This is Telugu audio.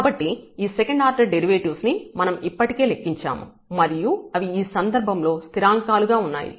కాబట్టి ఈ సెకండ్ ఆర్డర్ డెరివేటివ్స్ ని మనం ఇప్పటికే లెక్కించాము మరియు అవి ఈ సందర్భంలో స్థిరాం కాలు గా ఉన్నాయి